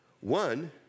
One